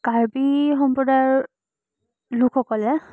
কাৰ্বি সম্প্ৰদায়ৰ লোকসকলে